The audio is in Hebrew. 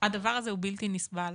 הדבר הזה הוא בלתי נסבל.